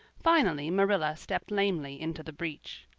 finally marilla stepped lamely into the breach.